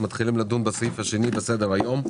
אנחנו מתחילים לדון בסעיף השני בסדר היום.